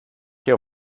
και